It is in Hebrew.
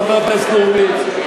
חבר הכנסת הורוביץ,